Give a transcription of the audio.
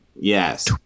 Yes